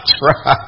try